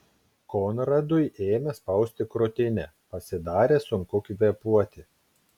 konradui ėmė spausti krūtinę pasidarė sunku kvėpuoti